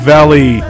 Valley